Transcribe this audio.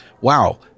wow